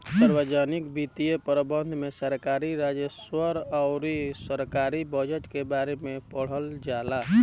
सार्वजनिक वित्तीय प्रबंधन में सरकारी राजस्व अउर सरकारी बजट के बारे में पढ़ल जाला